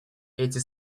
эти